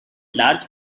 large